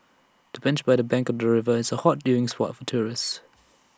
the bench by the bank of the river is A hot viewing spot for tourists